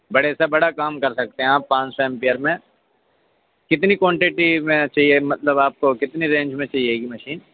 بڑے سے بڑا کام کر سکتے ہیں آپ پانچ سو ایمپیئر میں کتنی کوانٹٹی میں چاہیے مطلب آپ کو کتنی رینج میں چاہیے یہ مشین